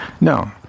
no